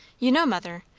you know, mother,